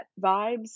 vibes